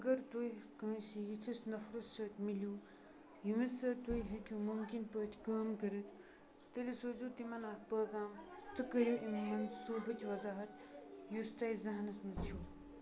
اگر تُہۍ کٲنٛسہِ یِتھِس نفرَس سۭتۍ مِلیو ییٚمِس سۭتۍ تُہۍ ہیٚکِو مُمکِن پٲٹھۍ کٲم کٔرِتھ تیٚلہِ سوٗزِو تِمن اکھ پٲغام تہٕ کٔرِو اَمہِ منصوٗبٕچ وضاحت یُس تۄہہِ ذہنَس منٛز چھُو